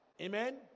amen